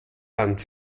hand